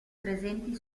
presenti